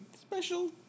special